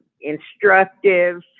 instructive